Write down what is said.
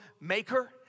maker